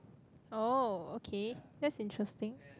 oh okay that's interesting